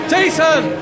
Jason